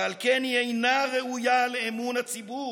ועל כן היא אינה ראויה לאמון הציבור,